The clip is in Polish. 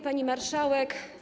Pani Marszałek!